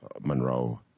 Monroe